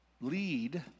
lead